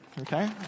Okay